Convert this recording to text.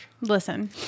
Listen